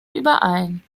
überein